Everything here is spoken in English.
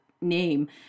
name